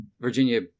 Virginia